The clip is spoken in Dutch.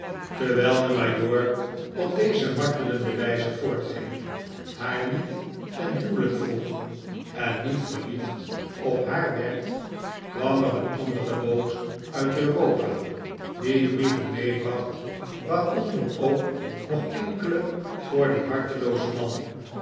terwijl de majoor op deze martelende wijze voortging haar niet ten huwelijk vroeg en niet verliefd op haar werd kwam er een andere boot uit europa die brieven meebracht waaronder ook nog enkele voor dien harteloozen man